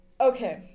Okay